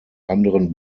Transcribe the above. anderen